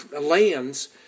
lands